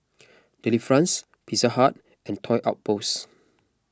Delifrance Pizza Hut and Toy Outpost